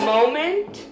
Moment